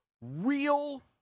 real